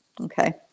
Okay